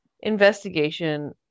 investigation